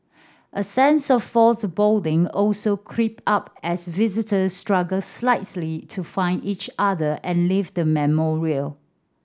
a sense of also creep up as visitors struggle slightly to find each other and leave the memorial